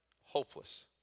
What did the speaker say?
hopeless